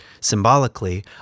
symbolically